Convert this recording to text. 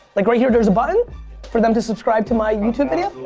like right here, there's a button for them to subscribe to my youtube video?